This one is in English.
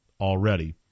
already